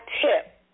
tip